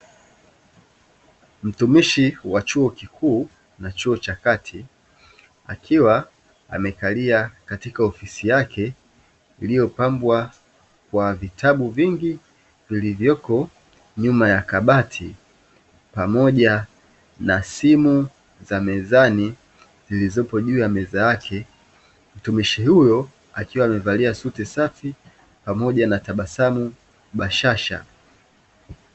Mtumishi wa chuo kikuu na chuo cha kati akiwa amekalia katika ofisi yake iliyopambwa kwa vitabu vingi, vilivyopo nyuma ya kabati pamoja na simu za mezani zilizopo juu ya meza yake. Mtumishi huyo akiwa amevalia suti safi pamoja na tabasamu bashasha.